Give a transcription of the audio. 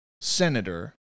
senator